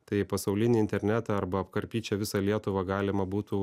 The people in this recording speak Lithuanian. tai pasaulinį internetą arba apkarpyt čia visą lietuvą galima būtų